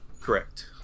Correct